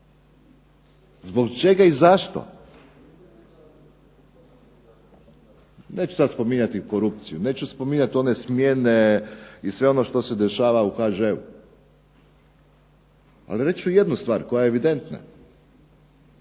Zbog čega i zašto? Neću sad spominjati korupciju. Neću spominjati one smjene i sve ono što se dešava u HŽ-u, ali reći ću jednu stvar koja je evidentna,